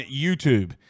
YouTube